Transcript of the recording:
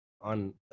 on